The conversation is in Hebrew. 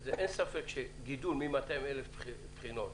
אין ספק שגידול מ-200,000 ל-600,000 בחינות